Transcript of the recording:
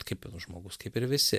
kaip nu žmogus kaip ir visi